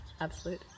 absolute